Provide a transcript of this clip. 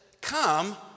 come